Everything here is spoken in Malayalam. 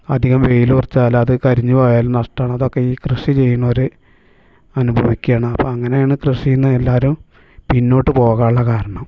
അധികം വെയിലുറച്ചാൽ അതു കരിഞ്ഞു പോയാലും നഷ്ടമാണ് അതൊക്കെ ഈ കൃഷി ചെയ്യുന്നവർ അനുഭവിയ്ക്കാണ് അപ്പം അങ്ങനെയാണ് കൃഷിയെന്നു എല്ലാവരും പിന്നോട്ടു പോകാനുള്ള കാരണം